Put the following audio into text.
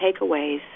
takeaways